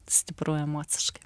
stipru emociškai